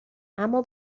اما